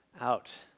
out